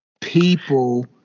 people